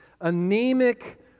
anemic